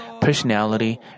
personality